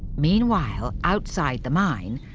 meanwhile, outside the mine,